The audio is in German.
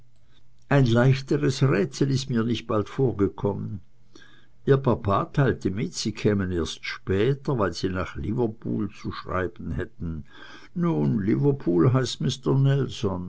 ein leichteres rätsel ist mir nicht bald vorgekommen ihr papa teilte mit sie kämen erst später weil sie nach liverpool zu schreiben hätten nun liverpool heißt mister